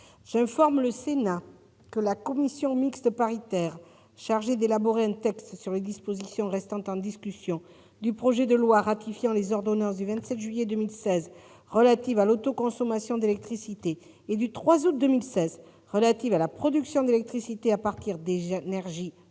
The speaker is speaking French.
J'informe le Sénat que la commission mixte paritaire chargée d'élaborer un texte sur les dispositions restant en discussion du projet de loi ratifiant les ordonnances n° 2016-1019 du 27 juillet 2016 relative à l'autoconsommation d'électricité et n° 2016-1059 du 3 août 2016 relative à la production d'électricité à partir d'énergies renouvelables